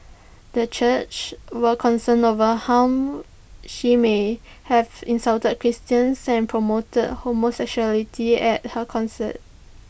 the churches were concerned over how she may have insulted Christians and promoted homosexuality at her concert